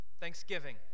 Thanksgiving